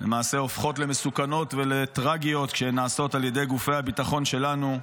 למעשה הופכות למסוכנות ולטרגיות כשהן נעשות על ידי גופי הביטחון שלנו.